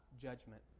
judgment